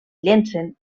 llencen